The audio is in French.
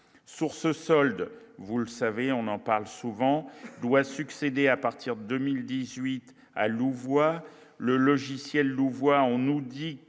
Source solde, vous le savez, on en parle souvent, doit succéder à partir de 2018 à Louvois, le logiciel Louvois, on nous dit